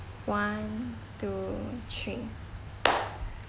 one two three